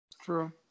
True